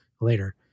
later